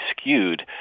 skewed